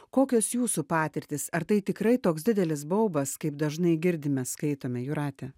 kokios jūsų patirtys ar tai tikrai toks didelis baubas kaip dažnai girdime skaitome jūrate